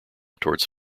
towards